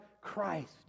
christ